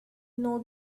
know